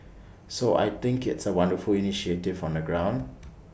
so I think it's A wonderful initiative on the ground